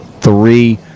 Three